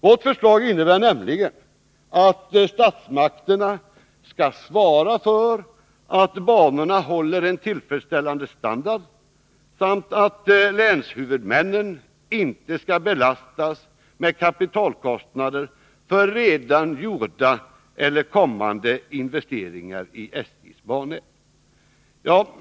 Vårt förslag innebär nämligen att statsmakterna skall svara för att banorna håller en tillfredsställande standard samt att länshuvudmännen inte skall belastas med kapitalkostnader för redan gjorda eller kommande investeringar i SJ:s bannät.